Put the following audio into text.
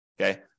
okay